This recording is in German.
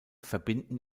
verbinden